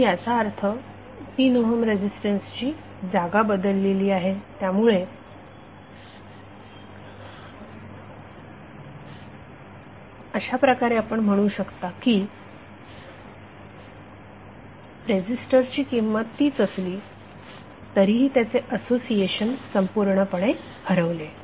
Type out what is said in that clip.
आता याचा अर्थ 3 ओहम रेझीस्टन्सची जागा बदललेली आहे त्यामुळे अशाप्रकारे आपण म्हणू शकता की रेझीस्टरची किंमत तीच असली तरीही त्याचे असोसिएशन संपूर्णपणे हरवले